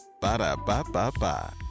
ba-da-ba-ba-ba